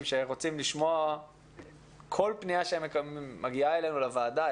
שרוצים לשמוע כל פנייה שמגיעה אלינו לוועדה,